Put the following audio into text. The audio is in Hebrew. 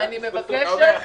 אני מבקשת